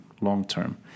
long-term